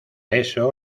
eso